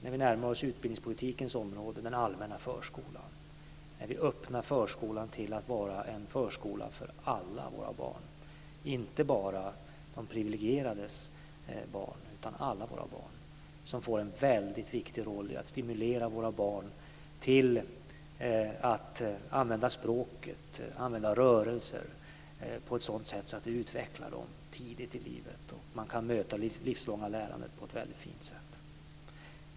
När vi närmar oss utbildningspolitikens område handlar det om den allmänna förskolan. Vi öppnar förskolan till att vara en förskola för alla våra barn, inte bara de privilegierades barn, utan alla våra barn. De får en väldigt viktig roll i att stimulera våra barn till att använda språket och rörelser på ett sådant sätt att det utvecklar dem tidigt i livet så att de kan möta det livslånga lärandet på ett väldigt fint sätt.